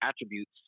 attributes